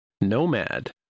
Nomad